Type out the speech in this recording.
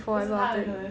不是他的可能